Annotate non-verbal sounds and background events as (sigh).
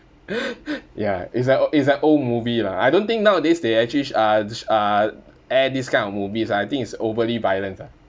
(laughs) ya is an o~ is an old movie lah I don't think nowadays they actually sh~ uh this uh air this kind of movies ah I think it's overly violence ah